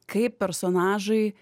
kaip personažai